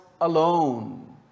alone